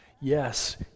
Yes